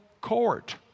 court